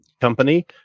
company